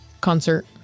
concert